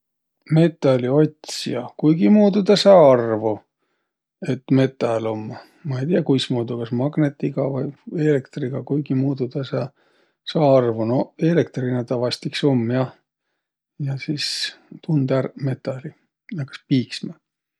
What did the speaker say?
Metäliotsja? Kuigimuudu tä saa arvu, et metäl um. Ma ei tiiäq, kuimuudu, kas magnõtiga vai eelktriga kuigimuudu tä saa, saa arvu. No eelektriline tä vaest iks um, jah, ja sis tund ärq metäli, nakkas piiksmä.